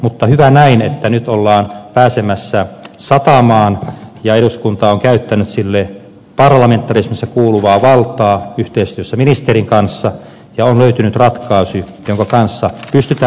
mutta hyvä näin että nyt ollaan pääsemässä satamaan ja eduskunta on käyttänyt sille parlamentarismissa kuuluvaa valtaa yhteistyössä ministerin kanssa ja on löytynyt ratkaisu jonka kanssa pystytään elämään